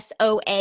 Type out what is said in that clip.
SOA